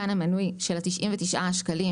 כאן המנוי של 99 השקלים,